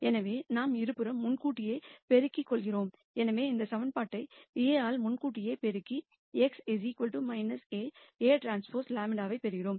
ஆகவே நாம் இருபுறமும் முன்கூட்டியே பெருக்கிக் கொள்கிறோம் எனவே இந்த சமன்பாட்டை A ஆல் முன்கூட்டியே பெருக்கி x A Aᵀ λ ஐப் பெறுகிறோம்